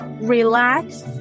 relax